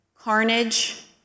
carnage